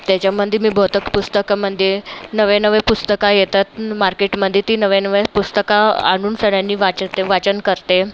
त्याच्यामध्ये मी बहुतेक पुस्तकं म्हणजे नवे नवे पुस्तक येतात मार्केटमध्ये ती नव्या नव्या पुस्तक आणूनसन्यानी वाचते वाचन करते